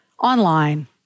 online